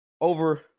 over